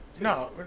No